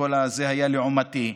וכל זה היה לעומתי,